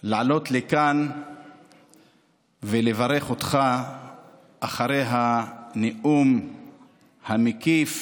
שאני אעלה לכאן ואברך אותך אחרי הנאום המקיף